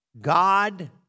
God